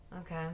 Okay